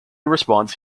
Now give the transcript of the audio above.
response